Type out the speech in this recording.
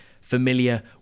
familiar